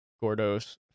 gordo's